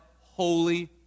holy